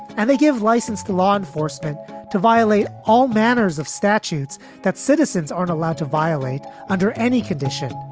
and they give license to law enforcement to violate all manners of statutes that citizens aren't allowed to violate under any condition.